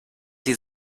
sie